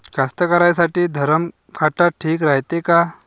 कास्तकाराइसाठी धरम काटा ठीक रायते का?